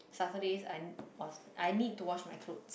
after this I was I need to wash my cloth